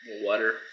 water